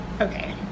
Okay